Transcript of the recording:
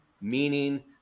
meaning